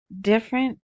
different